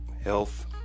health